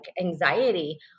anxiety